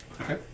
Okay